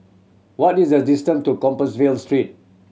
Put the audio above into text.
what is the distant to Compassvale Street